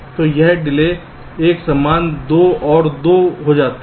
तो अब डिले एक समान 2 और 2 हो जाती है